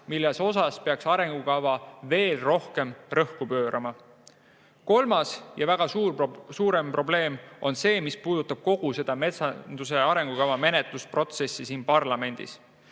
millele arengukava peaks veel rohkem rõhku panema. Kolmas ja väga suur probleem on see, mis puudutab kogu seda metsanduse arengukava menetlusprotsessi siin parlamendis.